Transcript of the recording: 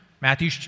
Matthew